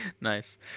Nice